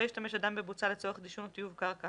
לא ישתמש אדם בבוצה לצורך דישון או טיוב קרקע